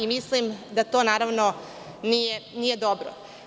Mislim da to naravno, nije dobro.